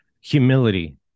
Humility